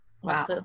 Wow